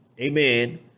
amen